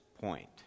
point